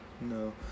No